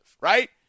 right